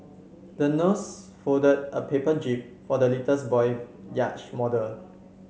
the nurse folded a paper jib for the boy yacht model